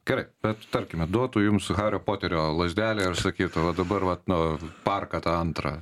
gerai bet tarkime duotų jums hario poterio lazdelę ir sakytų va dabar vat nu parką tą antrą